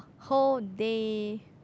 whole day